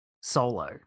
Solo